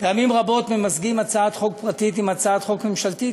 פעמים רבות ממזגים הצעת חוק פרטית והצעת חוק ממשלתית,